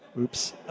Oops